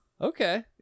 Okay